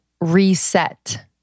reset